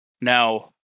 Now